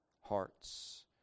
hearts